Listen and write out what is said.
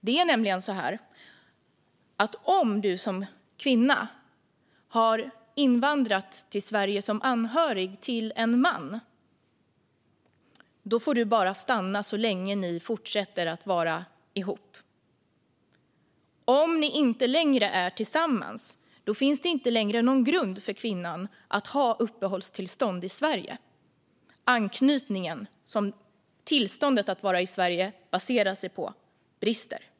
Det är nämligen så att om du som kvinna har invandrat till Sverige som anhörig till en man får du bara stanna så länge ni fortsätter att vara ihop. Om ni inte längre är tillsammans finns det inte längre någon grund för kvinnan att ha uppehållstillstånd i Sverige. Anknytningen, som tillståndet att vara i Sverige baserar sig på, brister.